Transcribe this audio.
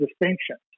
distinctions